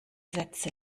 sätze